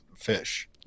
fish